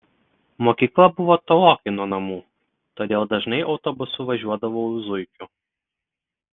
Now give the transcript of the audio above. mokykla buvo tolokai nuo namų todėl dažnai autobusu važiuodavau zuikiu